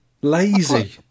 Lazy